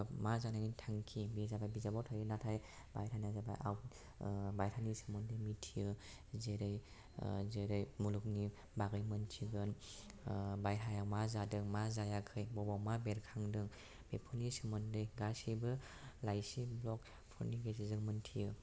एबा मा जानायनि थांखि बे जाबाय बिजाबाव थायो नाथाय बाहेरानि जाबाय आउट बाहेरानि सोमोन्दै मिन्थियो जेरै जेरै मुलुगनि बारै मिन्थिगोन बाहेरायाव मा जादों मा जायाखै बबेयाव मा बेरखांदों बेफोरनि सोमोन्दै गासैबो लाइसि ब्ल'गफोरनि गेजेरजों मिन्थियो